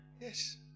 Yes